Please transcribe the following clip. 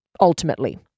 Ultimately